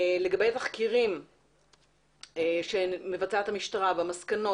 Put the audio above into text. לגבי תחקירים שמבצעת המשטרה והמסקנות